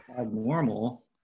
abnormal